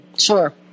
Sure